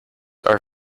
are